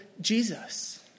Jesus